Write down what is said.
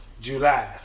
July